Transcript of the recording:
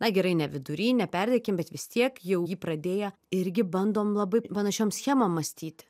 na gerai ne vidury neperdėkim bet vis tiek jau jį pradėję irgi bandom labai panašiom schemom mąstyti